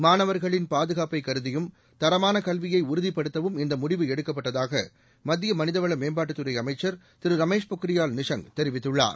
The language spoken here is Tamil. மாணவர்களின் பாதுகாப்பைக் கருதியும் தரமான கல்வியை உறுதிப்படுத்தவும் இந்த முடிவு எடுக்கப்பட்டதாக மத்திய மனிதவள மேம்பாட்டுத் துறை அமைச்சர் திரு ரமேஷ் பொக்ரியால் நிஷாங் தெரிவித்துள்ளார்